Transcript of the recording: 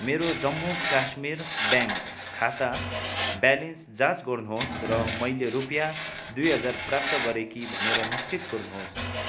मेरो जम्मू कश्मीर ब्याङ्क खाता ब्यालेन्स जाँच गर्नुहोस् र मैले रुपियाँ दुई हजार प्राप्त गरेँ कि भनेर निश्चित गर्नुहोस्